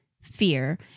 fear